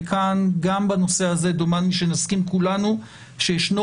וכאן גם בנושא הזה דומני שנסכים כולנו שישנו